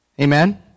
Amen